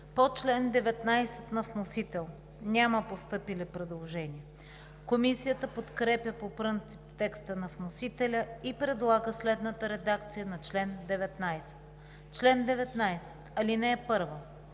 По чл. 37 на вносител няма постъпили предложения. Комисията подкрепя по принцип текста на вносителя и предлага следната редакция на чл. 37: „Чл. 37.